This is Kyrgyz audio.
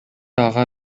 ага